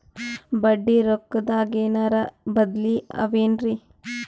ಬಡ್ಡಿ ರೊಕ್ಕದಾಗೇನರ ಬದ್ಲೀ ಅವೇನ್ರಿ?